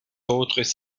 autres